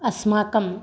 अस्माकं